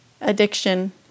addiction